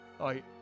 I-